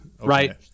right